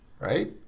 right